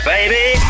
Baby